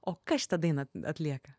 o kas šitą dainą atlieka